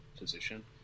position